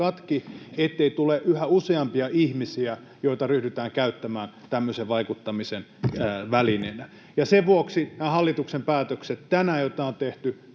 katki, ettei tule yhä useampia ihmisiä, joita ryhdytään käyttämään tämmöisen vaikuttamisen välineenä. Ja sen vuoksi näille hallituksen päätöksille, joita on tänään